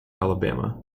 alabama